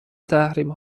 تحریم